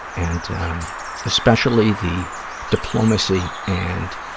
and especially the diplomacy and